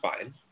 fine